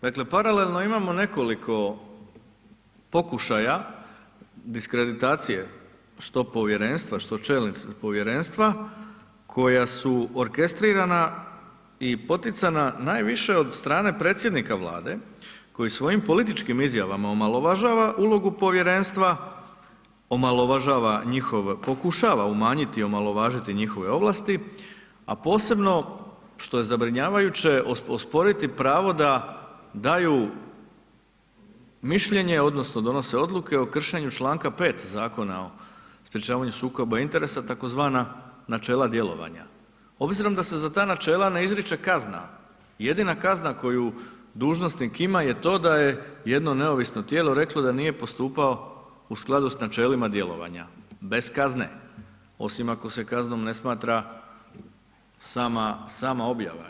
Dakle paralelno imamo nekoliko pokušaja diskreditacije što povjerenstva što čelnici povjerenstva koja su orkestrirana i poticana najviše od strane predsjednika Vlade koji svojim političkim izjavama omalovažava ulogu povjerenstva, pokušava umanjiti i omalovažiti njihove ovlasti a posebno što je zabrinjavajuće, osporiti pravo da daju mišljenje odnosno donose odluke o kršenju čl. 5 Zakona o sprječavanju sukoba interesa, tzv. načela djelovanja obzirom da se za ta načela ne izriče kazna, jedina kazna koju dužnosnik ima je to da je jedno neovisno reklo da nije postupao u skladu sa načelima djelovanja, bez kazne osim ako se kaznom ne smatra sama objava.